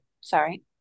Sorry